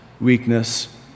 weakness